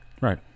right